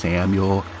Samuel